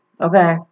Okay